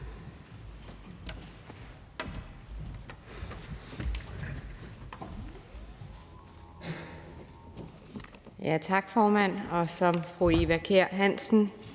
Tak, formand. Som fru Eva Kjer Hansen